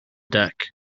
deck